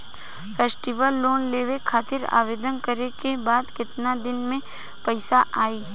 Festival loan लेवे खातिर आवेदन करे क बाद केतना दिन म पइसा आई?